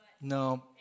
No